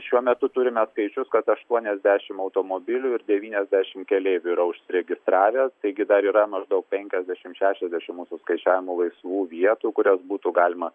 šiuo metu turime skaičius kad aštuoniasdešim automobilių ir devyniasdešim keleivių yra užsiregistravę taigi dar yra maždaug penkiasdešim šešiasdešim mūsų skaičiavimu laisvų vietų kurias būtų galima